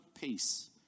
peace